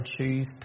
choose